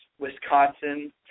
Wisconsin